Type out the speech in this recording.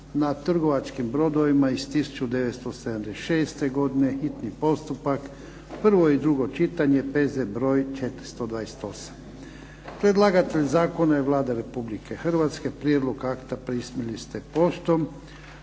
na trgovačkim brodovima iz 1976. godine, hitni postupak, prvo i drugo čitanje, P.Z. br. 428. Predlagatelj Zakona je Vlada Republike Hrvatske. Prijedlog akta primili ste poštom.